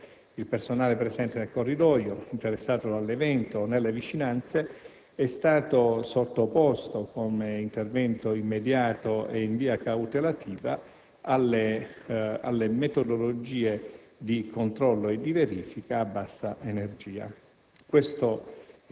Inoltre, il personale presente nel corridoio interessato dall'evento o nelle vicinanze è stato sottoposto, come intervento immediato e in via cautelativa, alle metodologie di controllo e di verifica a bassa energia.